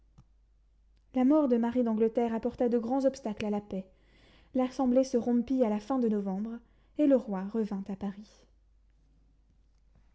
la mort de marie d'angleterre apporta de grands obstacles à la paix l'assemblée se rompit à la fin de novembre et le roi revint à paris